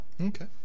okay